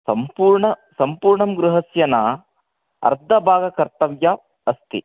सम्पूर्णं सम्पूर्णं गृहस्य न अर्धभागं कर्तव्यम् अस्ति